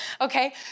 okay